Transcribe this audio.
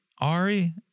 Ari